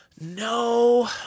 No